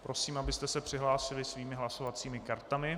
Prosím, abyste se přihlásili svými hlasovacími kartami.